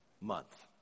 month